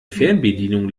fernbedienung